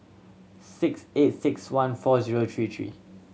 six eight six one four zero three three